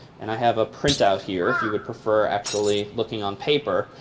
and i have a printout here, if you would prefer actually looking on paper.